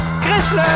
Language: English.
Chrysler